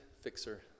fixer